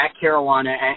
Carolina